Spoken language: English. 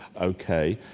ok,